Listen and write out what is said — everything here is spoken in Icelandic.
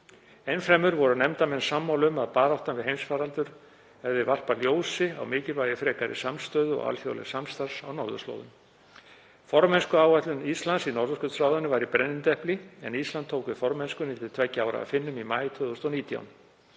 Enn fremur voru nefndarmenn sammála um að baráttan við heimsfaraldur hafi varpað ljósi á mikilvægi frekari samstöðu og alþjóðlegs samstarfs á norðurslóðum. Formennskuáætlun Íslands í Norðurskautsráðinu var í brennidepli en Ísland tók við formennskunni til tveggja ára af Finnum í maí 2019.